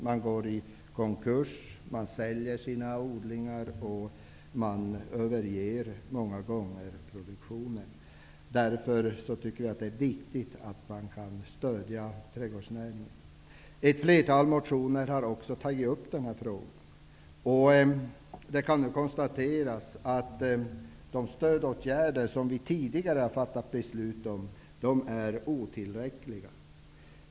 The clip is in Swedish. Man går i konkurs, man säljer sina odlingar och man överger i många fall produktionen. Jag tycker därför att det är viktigt att man stöder trädgårdsnäringen. Dessa frågor har också tagits upp i ett flertal motioner. Det kan nu konstateras att de stödåtgärder som tidigare beslutats är otillräckliga.